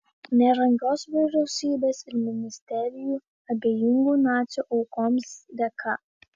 nerangios vyriausybės ir ministerijų abejingų nacių aukoms dėka